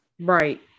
Right